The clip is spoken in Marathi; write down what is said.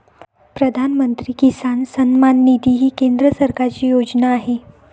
प्रधानमंत्री किसान सन्मान निधी ही केंद्र सरकारची योजना आहे